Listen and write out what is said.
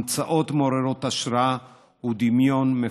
המצאות מעוררות השראה ודמיון מפותח.